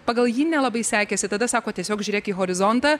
pagal jį nelabai sekėsi tada sako tiesiog žiūrėk į horizontą